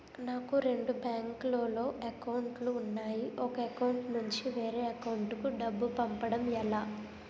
నాకు రెండు బ్యాంక్ లో లో అకౌంట్ లు ఉన్నాయి ఒక అకౌంట్ నుంచి వేరే అకౌంట్ కు డబ్బు పంపడం ఎలా?